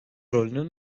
rolünü